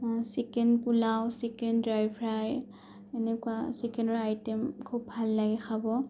chicken pulao chicken dry fry এনেকুৱা চিকেনৰ item খুব ভাল লাগে খাব